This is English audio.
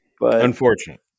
Unfortunate